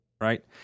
right